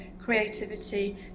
creativity